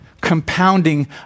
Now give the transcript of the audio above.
Compounding